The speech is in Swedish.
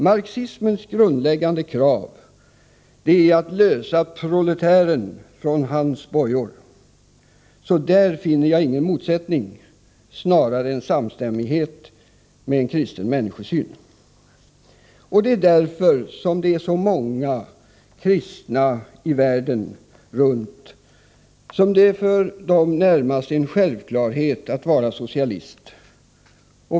Marxismens grundläggande krav är att lösa proletären från hans bojor, så där finner jag ingen motsättning, utan snarare en samstämmighet med kristen människosyn. Det är därför som det för så många kristna världen runt är närmast en självklarhet att vara socialist.